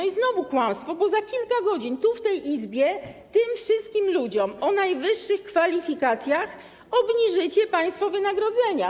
I znowu kłamstwo, bo za kilka godzin w tej Izbie tym wszystkim ludziom o najwyższych kwalifikacjach obniżycie państwo wynagrodzenia.